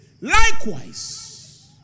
likewise